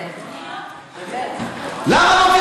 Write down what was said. למה לא,